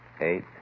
eight